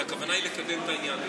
כי הכוונה היא לקדם את העניין.